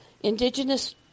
indigenous